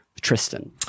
Tristan